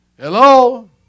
Hello